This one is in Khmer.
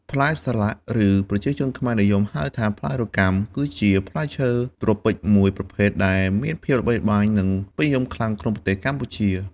ផ្លែសាឡាក់ ឬប្រជាជនខ្មែរនិយមហៅថា ផ្លែរកាំ គឺជាផ្លែឈើត្រូពិចមួយប្រភេទដែលមានភាពល្បីល្បាញនិងពេញនិយមខ្លាំងក្នុងប្រទេសកម្ពុជា។